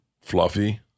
Fluffy